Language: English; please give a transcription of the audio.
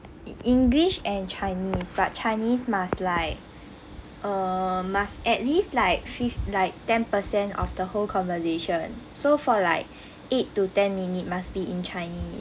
english and chinese but chinese must lie a must at least like finish like ten percent of the whole conversation so for like eight to ten minute must be in chinese